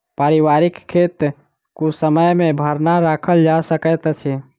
पारिवारिक खेत कुसमय मे भरना राखल जा सकैत अछि